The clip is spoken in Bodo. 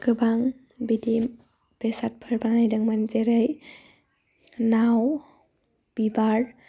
गोबां बिदि बेसादफोर बानायदोंमोन जेरै नाव बिबार